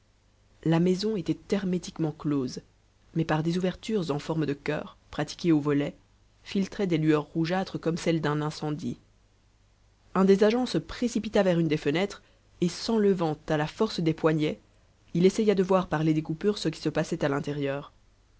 la maison était hermétiquement close mais par des ouvertures en forme de cœur pratiquées aux volets filtraient des lueurs rougeâtres comme celles d'un incendie un des agents se précipita vers une des fenêtres et s'enlevant à la force des poignets il essaya de voir par les découpures ce qui se passait à l'intérieur